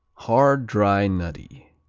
hard dry nutty